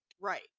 Right